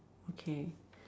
okay